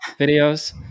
videos